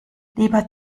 lieber